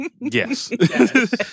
Yes